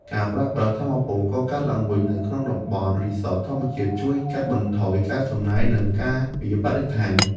ការប្រើប្រាស់ថាមពលកកើតឡើងវិញនៅក្នុងតំបន់រីសតធម្មជាតិជួយកាត់បន្ថយការចំណាយ និងការពារបរិស្ថាន។